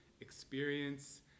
experience